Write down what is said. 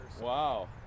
wow